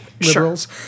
liberals